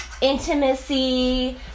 intimacy